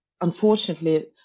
unfortunately